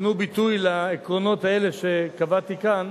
ייתנו ביטוי לעקרונות האלה, שקבעתי כאן,